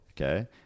Okay